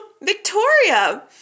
Victoria